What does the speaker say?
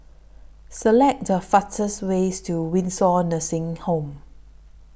Select The fastest ways to Windsor Nursing Home